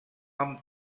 amb